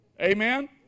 Amen